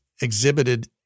exhibited